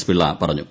പ്പിള്ള പറഞ്ഞു